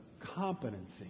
competency